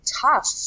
tough